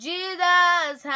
Jesus